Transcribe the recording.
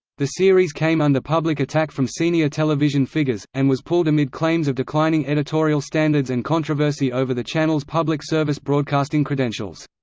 the series came under public attack from senior television figures, and was pulled amid claims of declining editorial standards and controversy over the channel's public service broadcasting credentials.